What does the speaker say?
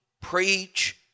preach